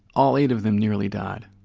all eight of them nearly died.